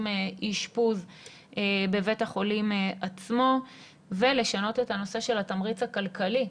אשפוז בבית החולים עצמו ולשנות את הנושא של התמריץ הכלכלי